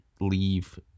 leave